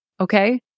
Okay